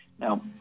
Now